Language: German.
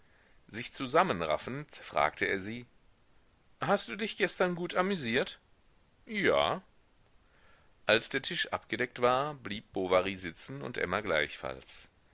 sich zusammenraffend fragte er sie hast du dich gestern gut amüsiert ja als der tisch abgedeckt war blieb bovary sitzen und emma gleichfalls